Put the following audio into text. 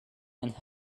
and